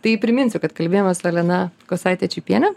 tai priminsiu kad kalbėjomės su elena kosaite čypiene